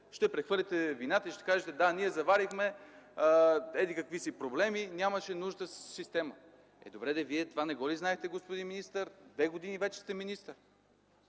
ще прехвърлите вината и ще кажете: „Да, ние заварихме еди какви си проблеми, нямаше нужната система”. Е, добре де, Вие това не го ли знаехте, господин министър? Две години вече сте министър.